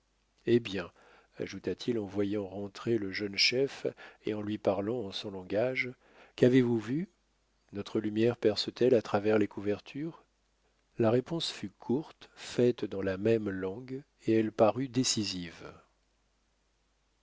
eh bien ajouta-t-il en voyant rentrer le jeune chef et en lui parlant en son langage qu'avez-vous vu notre lumière perce t elle à travers les couvertures la réponse fut courte faite dans la même langue et elle parut décisive